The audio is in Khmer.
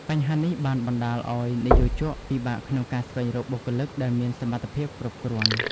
បញ្ហានេះបានបណ្ដាលឱ្យនិយោជកពិបាកក្នុងការស្វែងរកបុគ្គលិកដែលមានសមត្ថភាពគ្រប់គ្រាន់។